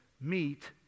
meet